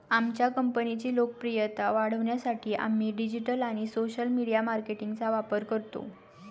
आमच्या कंपनीची लोकप्रियता वाढवण्यासाठी आम्ही डिजिटल आणि सोशल मीडिया मार्केटिंगचा वापर करतो